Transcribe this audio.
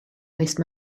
waste